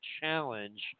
challenge